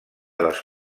dels